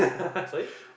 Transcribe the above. sorry